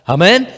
Amen